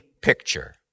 picture